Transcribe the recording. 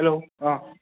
hello অঁ